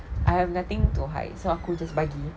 I have nothing to hide so aku just bagi